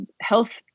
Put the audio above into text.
health